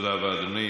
תודה רבה, אדוני.